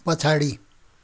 पछाडि